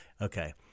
Okay